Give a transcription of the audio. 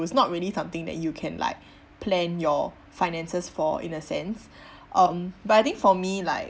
it's not really something that you can like plan your finances for in a sense um but I think for me like